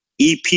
EP